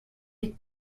les